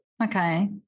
Okay